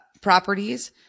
properties